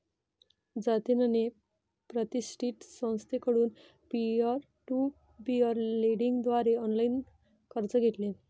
जतिनने प्रतिष्ठित संस्थेकडून पीअर टू पीअर लेंडिंग द्वारे ऑनलाइन कर्ज घेतले